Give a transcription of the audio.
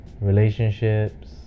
Relationships